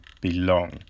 belong